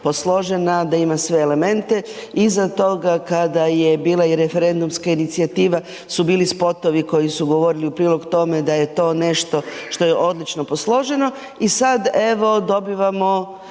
posložena, da ima sve elemente, iza toga kada je bila i referendumska inicijativa su bili spotovi koji su govorili u prilog tome da je to nešto što je odlično posloženo i sad evo dobivamo